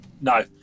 No